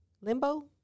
Limbo